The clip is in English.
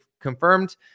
confirmed